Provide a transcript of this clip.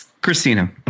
Christina